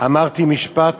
אמרתי משפט